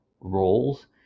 roles